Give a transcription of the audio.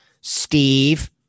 Steve